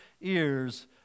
ears